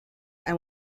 and